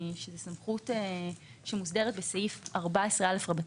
שזאת סמכות שמוסדרת בסעיף 14א(ד),